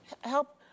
Help